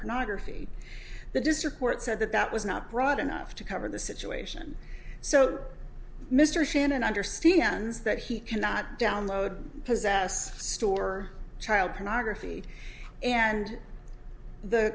pornography the district court said that that was not broad enough to cover the situation so mr shannon understands that he cannot download possess store child pornography and the